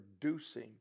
producing